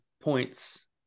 points